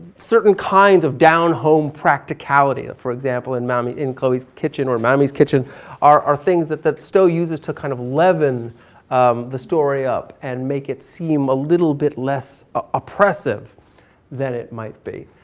certain kinds of down home practicalities, for example, in mammy, in chloe's kitchen or mammy's kitchen are, are things that that stow uses to kind of leaven um the story up and make it seem a little bit less oppressive than it might be.